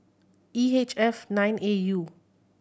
E H F nine A U